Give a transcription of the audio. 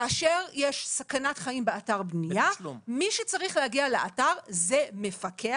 כאשר יש סכנת חיים באתר בנייה מי שצריך להגיע לאתר זה מפקח,